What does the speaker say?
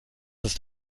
ist